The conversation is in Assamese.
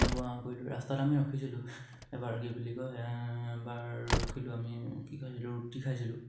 ৰাস্তাত আমি ৰখিছিলোঁ এবাৰ কি বুলি কয় এবাৰ ৰখিলোঁ আমি কি খাইছিলোঁ ৰুটি খাইছিলোঁ